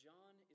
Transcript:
John